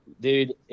dude